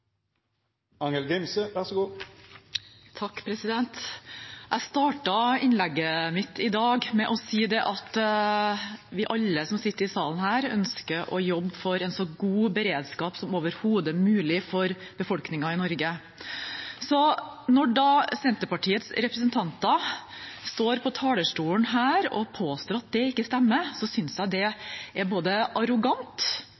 Jeg startet innlegget mitt i dag med å si at alle vi som sitter i salen, ønsker å jobbe for en så god beredskap som overhodet mulig for befolkningen i Norge. Når Senterpartiets representanter da står på talerstolen og påstår at det ikke stemmer, synes jeg det er både arrogant og selvgodt og lite ydmykt. Jeg